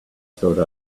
thought